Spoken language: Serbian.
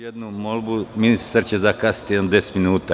jednu molbu, ministar će zakasniti deset minuta.